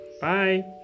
Bye